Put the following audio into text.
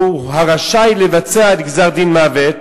הרשאי לבצע גזר-דין מוות,